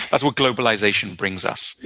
that's what globalization brings us.